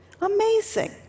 Amazing